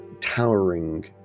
towering